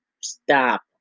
stop